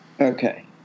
Okay